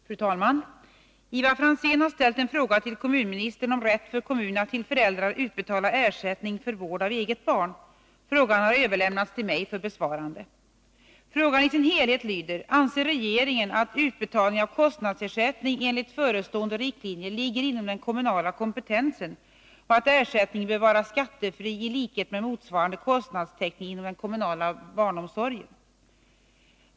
Fru talman! Ivar Franzén har ställt en fråga till kommunministern om rätt för kommun att till föräldrar utbetala ersättning för vård av eget barn. Frågan har överlämnats till mig för besvarande. Frågan i sin helhet lyder: Anser regeringen att utbetalning av kostnadsersättning enligt föreliggande riktlinjer ligger inom den kommunala kompetensen och att ersättningen bör vara skattefri i likhet med motsvarande kostnadstäckning inom den kommunala barnomsorgen?